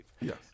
Yes